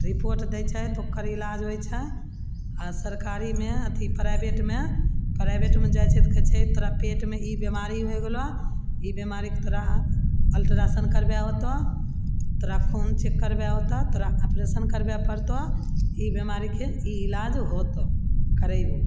report दै छै तऽ ओकर इलाज होइ छै आओर सरकारीमे अथी प्राइवेटमे आओर प्राइवेटमे जाइ छै तऽ कहय छै तोरा पेटमे ई बीमारी होइ गेलौ ई बीमारीके तोरा अल्ट्रासाउंड करबय होतऽ तोरा खून चेक करबय होतऽ तोरा ऑपरेशन करबय पड़तऽ ई बीमारीके ई इलाज होतऽ करेबऽ